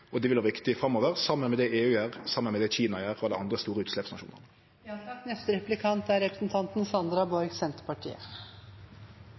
Det vil vere viktig framover, saman med det EU gjer, og saman med det Kina og andre store utsleppsnasjonar gjer.